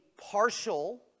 partial